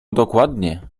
dokładnie